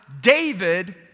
David